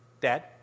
dad